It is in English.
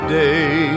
day